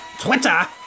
Twitter